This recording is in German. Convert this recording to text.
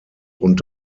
und